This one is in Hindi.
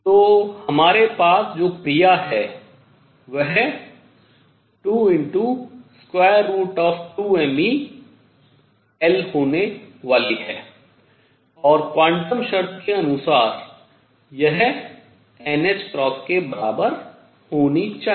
तो हमारे पास जो क्रिया है वह 22mE L होने वाली है और क्वांटम शर्त के अनुसार यह nℏ के बराबर होनी चाहिए